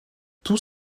tous